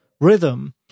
rhythm